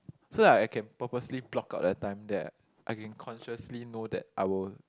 so that I can purposely block out the time that I can consciously know that I will